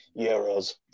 euros